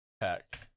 Pack